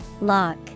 lock